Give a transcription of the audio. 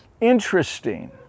interesting